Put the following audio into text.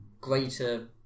greater